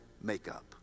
makeup